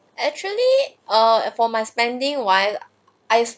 actually err for my spending while I